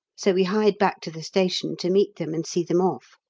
so we hied back to the station to meet them and see them off.